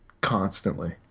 constantly